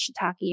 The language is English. shiitake